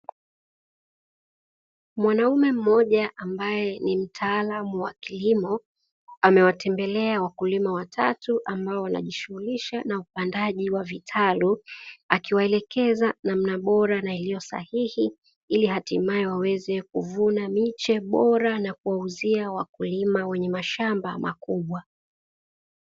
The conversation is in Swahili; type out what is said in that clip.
Mwanaume mmoja ambaye ni mtaalamu wa kilimo, amewatembelea wakulima watatu ambao wanaojishughulisha na upandaji wa vitaru, akiwaelekeza namna bora na iliyo sahihi, ili hatimaye waweze kuvuna miche bora na kuwauzia wakulima wenye mashamba makubwa.